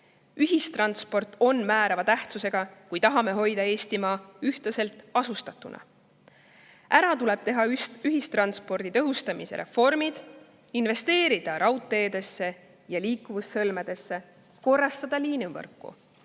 Ühistransport on määrava tähtsusega, kui tahame hoida Eestimaa ühtlaselt asustatuna. Ära tuleb teha ühistranspordi tõhustamise reformid, investeerida raudteedesse ja liikuvussõlmedesse ning korrastada liinivõrku.